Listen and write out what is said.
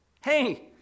Hey